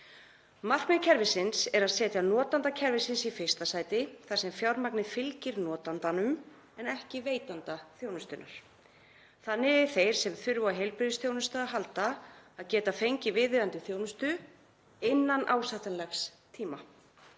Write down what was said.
Markmið kerfisins er að setja notanda kerfisins í fyrsta sæti þar sem fjármagnið fylgir notandanum en ekki veitanda þjónustunnar. Þannig eiga þeir sem þurfa á heilbrigðisþjónustu að halda að geta fengið viðeigandi þjónustu innan ásættanlegs tíma.